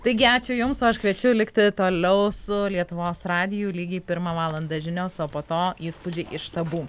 taigi ačiū jums o aš kviečiu likti toliau su lietuvos radiju lygiai pirmą valandą žinios o po to įspūdžiai iš štabų